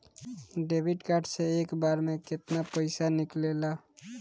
Debit card से एक बार मे केतना पैसा निकले ला?